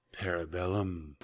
Parabellum